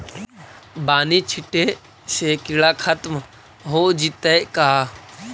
बानि छिटे से किड़ा खत्म हो जितै का?